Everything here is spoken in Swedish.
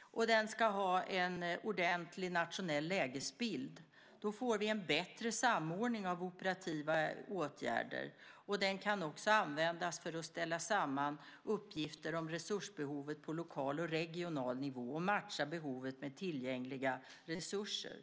och den ska ha en ordentlig nationell lägesbild. Då får vi en bättre samordning av operativa åtgärder. Den kan också användas för att ställa samman uppgifter om resursbehovet på lokal och regional nivå och matcha behovet med tillgängliga resurser.